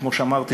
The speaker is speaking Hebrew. כמו שאמרתי,